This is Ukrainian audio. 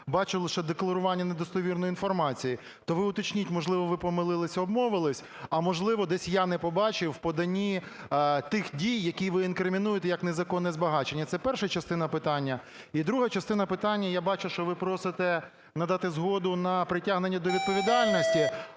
бачу лише декларування недостовірної інформації. То ви уточніть, можливо, ви помилились і обмовились, а можливо, десь я не побачив в поданні тих дій, які ви інкримінуєте як незаконне збагачення. Це перша частина питання. І друга частина питання. Я бачу, що ви просите надати згоду на притягнення до відповідальності,